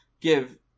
give